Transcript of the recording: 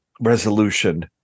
resolution